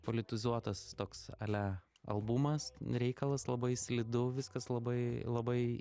politizuotas toks ale albumas reikalas labai slidu viskas labai labai